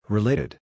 Related